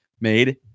made